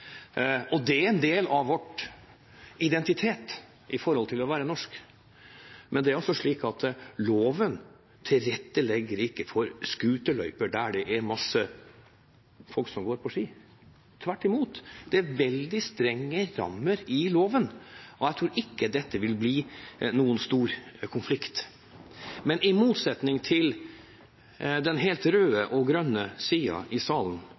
og skiløpere. Jeg har selv brukt det mye i mitt eget liv. Det er en del av vår identitet, av det å være norsk. Men loven legger ikke til rette for scooterløyper der det er masse folk som går på ski, tvert imot. Det er veldig strenge rammer i loven, og jeg tror ikke dette vil bli noen stor konflikt. I motsetning til den helt røde og grønne siden i salen